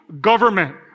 government